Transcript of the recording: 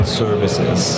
services